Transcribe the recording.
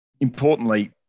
Importantly